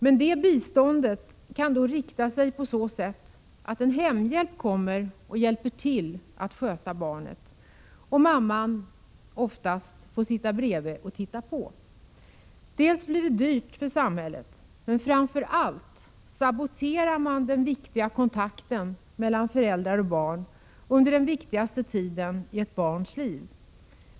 Men det biståndet kan då bestå i att en hemhjälp kommer och hjälper till att sköta barnet, och mamman får sitta bredvid och titta på. Det blir dyrt för samhället, men framför allt saboterar man den viktiga kontakten mellan föräldrar och barn under den viktigaste tiden i ett barns liv.